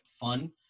fun